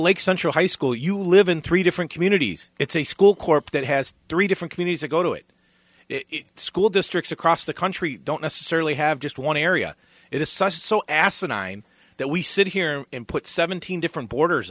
lake central high school you live in three different communities it's a school corp that has three different communities a go to it school districts across the country don't necessarily have just one area it is such so asinine that we sit here and put seventeen different boarders